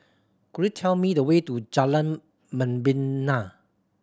could you tell me the way to Jalan Membina